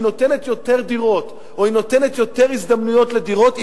נותנת יותר דירות או היא נותנת יותר הזדמנויות לדירות.